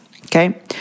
Okay